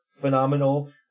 phenomenal